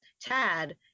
Tad